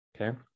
okay